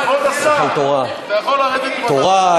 תורה,